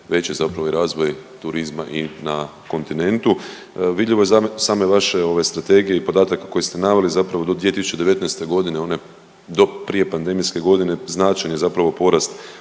veći je zapravo i razvoj turizma i na kontinentu. Vidljivo iz same vaše ove Strategije i podatak koji ste naveli, zapravo do 2019. g., do prije pandemijske godine, značajni zapravo porast